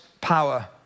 power